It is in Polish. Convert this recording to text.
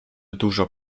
dużo